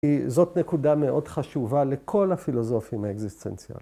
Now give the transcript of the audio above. ‫כי זאת נקודה מאוד חשובה ‫לכל הפילוסופים האקזיסטנציאליים.